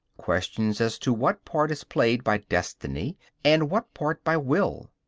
questions as to what part is played by destiny and what part by will,